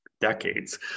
decades